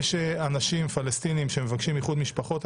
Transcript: ויש אנשים פלסטינים שמבקשים איחוד משפחות.